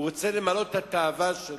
הוא רוצה למלא את התאווה שלו.